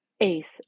Ace